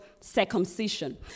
Circumcision